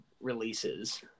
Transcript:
releases